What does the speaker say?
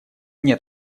нет